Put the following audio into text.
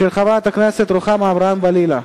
של חברת הכנסת רוחמה אברהם-בלילא.